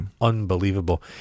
Unbelievable